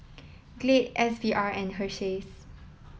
Glade S V R and Hersheys